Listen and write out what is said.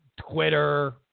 Twitter